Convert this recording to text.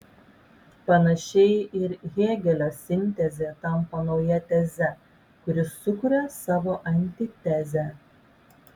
panašiai ir hėgelio sintezė tampa nauja teze kuri sukuria savo antitezę